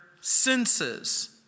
senses